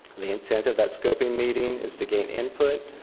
the intent of that scoping meeting is to gain input,